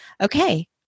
okay